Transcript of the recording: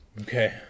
Okay